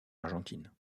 argentine